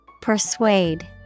Persuade